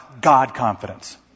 God-confidence